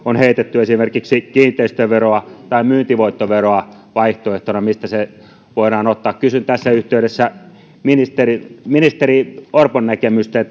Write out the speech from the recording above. on heitetty esimerkiksi kiinteistöveroa tai myyntivoittoveroa vaihtoehtona mistä se voidaan ottaa kysyn tässä yhteydessä ministeri ministeri orpon näkemystä